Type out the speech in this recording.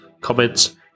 comments